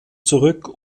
zurück